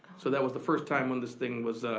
so that was the first time when this thing was,